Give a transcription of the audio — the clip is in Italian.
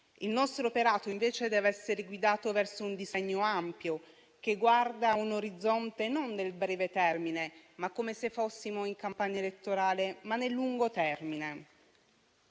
Il nostro operato invece deve essere guidato verso un disegno ampio, che guarda un orizzonte non nel breve termine, come se fossimo in campagna elettorale, ma nel lungo termine,